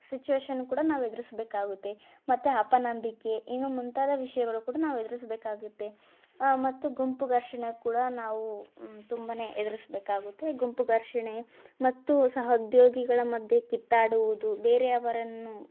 situation ಕೂಡ ನಾವು ಎದುರಿಸಬೇಕಾಗುತ್ತೆ ಮತ್ತೆ ಅಪನಂಬಿಕೆ ಇನ್ನೂ ಮುಂತಾದ ವಿಷಯಗಳು ಕೂಡ ನಾವು ಎದುರಿಸಬೇಕಾಗುತ್ತೆ ಮತ್ತು ಗುಂಪು ಘರ್ಷಣೆ ಕೂಡ ನಾವು ತುಂಬಾ ಎದುರಿಸಬೇಕಾಗುತ್ತೆ ಗುಂಪು ಘರ್ಷಣೆ ಮತ್ತು ಸಹೋದ್ಯೋಗಿಗಳ ಮಧ್ಯೆ ಕಿತ್ತಾಡುವುದು ಬೇರೆಯವರನ್ನು